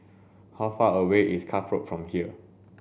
how far away is Cuff Road from here